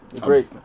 Great